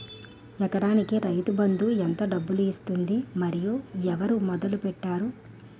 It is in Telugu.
ఎకరానికి రైతు బందు ఎంత డబ్బులు ఇస్తుంది? మరియు ఎవరు మొదల పెట్టారు?